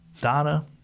Donna